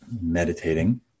meditating